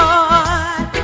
Lord